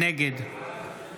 נגד